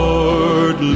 Lord